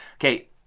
Okay